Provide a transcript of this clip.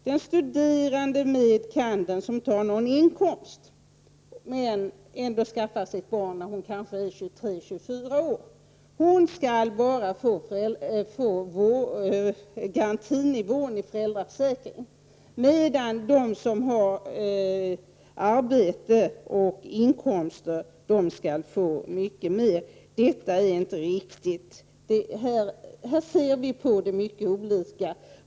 Den studerande medicine kandidaten som inte har någon inkomst men kanske ändå skaffar sig ett barn när hon är 23 eller 24 år skall bara få garantinivån i föräldraförsäkringen, medan de som har arbete och inkomster skall få mycket mer. Detta är inte riktigt. Här ser vi på det mycket olika.